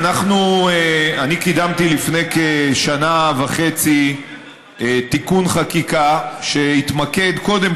אני קידמתי לפני כשנה וחצי תיקון חקיקה שהתמקד קודם